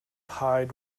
hyde